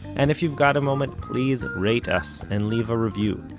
and if you've got a moment, please rate us and leave a review.